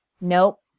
Nope